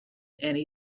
any